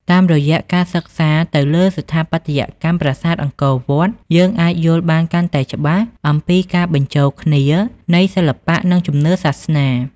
តាមរយៈការសិក្សាទៅលើស្ថាបត្យកម្មប្រាសាទអង្គរវត្ត យើងអាចយល់បានកាន់តែច្បាស់អំពីការបញ្ចូលគ្នានៃសិល្បៈនិងជំនឿសាសនា។